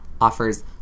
offers